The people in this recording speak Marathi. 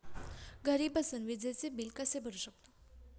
घरी बसून विजेचे बिल कसे भरू शकतो?